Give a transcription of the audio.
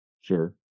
Sure